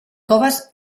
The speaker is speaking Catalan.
coves